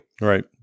Right